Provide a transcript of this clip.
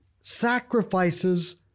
sacrifices